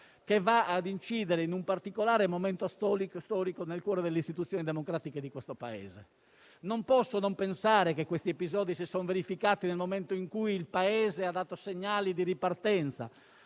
che va ad incidere in un particolare momento storico nel cuore delle istituzioni democratiche di questo Paese. Non posso non pensare che questi episodi si sono verificati nel momento in cui il Paese ha dato segnali di ripartenza.